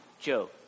Joe